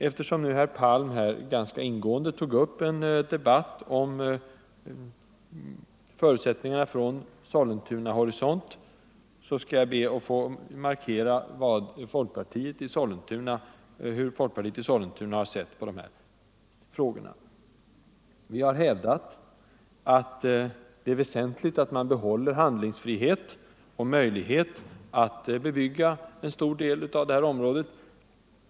Eftersom herr Palm ganska ingående tog upp en debatt om förutsättningarna från Sollentunas horisont, skall jag be att få tala om hur folkpartiet i Sollentuna har sett på dessa frågor. Folkpartiet har hävdat att det är väsentligt att behålla handlingsfrihet och möjlighet att bebygga en stor del av området.